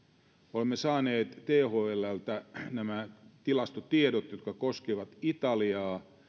olemme saaneet thlltä nämä tilastotiedot jotka koskevat italiaa